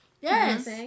Yes